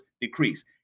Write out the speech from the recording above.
decrease